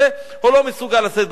או לא מסוגל לשאת בנטל הזה.